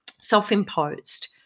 self-imposed